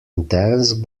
dance